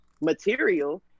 material